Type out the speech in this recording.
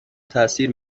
تاثیر